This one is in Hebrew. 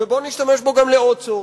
ובוא נשתמש בו לעוד צורך,